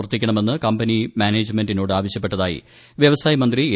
പ്രവർത്തിക്കണമെന്ന് കമ്പനി മാനേജ്മെന്റിനോട് ആവശ്യപ്പെട്ടതായി വ്യവസായമന്ത്രി എ